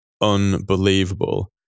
unbelievable